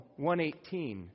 118